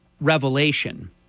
revelation